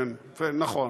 כן, נכון.